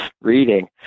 reading